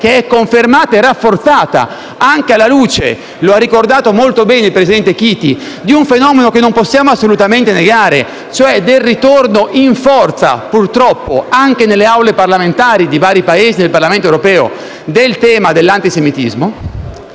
scelta, confermata e rafforzata anche alla luce - lo ha ricordato molto bene il presidente Chiti - di un fenomeno che non possiamo assolutamente negare, ovvero il ritorno in forza, purtroppo, anche nelle Aule parlamentari di vari Paesi del Parlamento europeo, del tema dell'antisemitismo